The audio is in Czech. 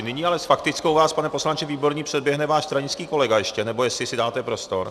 Nyní ale s faktickou vás, pane poslanče Výborný, předběhne váš stranický kolega ještě, nebo jestli si dáte prostor.